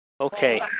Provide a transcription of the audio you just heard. Okay